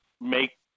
make